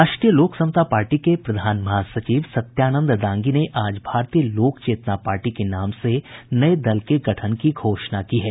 राष्ट्रीय लोक समता पार्टी के प्रधान महासचिव सत्यानंद दांगी ने आज भारतीय लोक चेतना पार्टी के नाम से नये दल के गठन की घोषणा की है